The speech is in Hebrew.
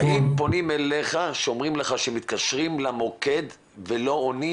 האם פונים אליך כשאומרים לך שמתקשרים למוקד ולא עונים?